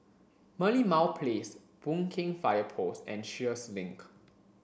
Merlimau Place Boon Keng Fire Post and Sheares Link